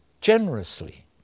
generously